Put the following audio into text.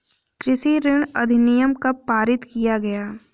कृषि ऋण अधिनियम कब पारित किया गया?